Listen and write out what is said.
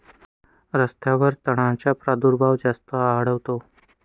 रस्त्यांवर तणांचा प्रादुर्भाव जास्त आढळतो